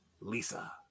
Lisa